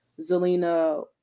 Zelina